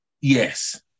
Yes